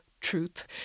truth